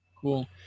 cool